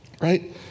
right